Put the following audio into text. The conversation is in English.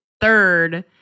third